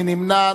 מי נמנע?